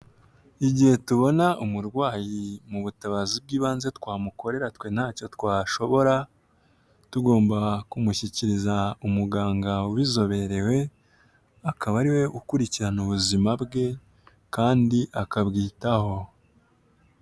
Igihe tubona umurwayi mu butabazi bw'ibanze twamukorera twe ntacyo twashobora tugomba kumushyikiriza umuganga ubizoberewe akaba ariwe ukurikirana ubuzima bwe kandi akabwitaho.